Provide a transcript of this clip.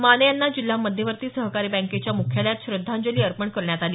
माने यांना जिल्हा मध्यवर्ती सहकारी बँकेच्या मुख्यालयात श्रद्धांजली अर्पण करण्यात आली